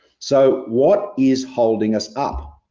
so what is holding us up?